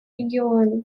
региона